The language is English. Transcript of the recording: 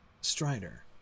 Strider